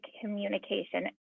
communication